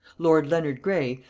lord leonard grey,